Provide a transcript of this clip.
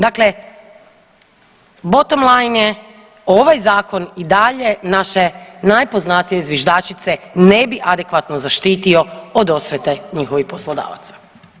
Dakle bottom line je ovaj zakon i dalje naše najpoznatije zviždačice ne bi adekvatno zaštitio od osvete njihovih poslodavaca.